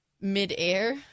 midair